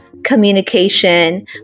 communication